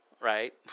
Right